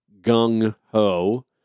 gung-ho